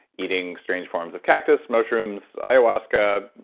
eating strange forms of cactus, mushrooms ayahuasca.